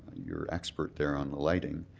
your expert there on the lighting